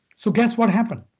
so guess what happened?